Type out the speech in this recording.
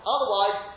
Otherwise